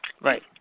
Right